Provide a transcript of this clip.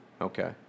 Okay